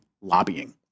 lobbying